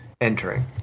entering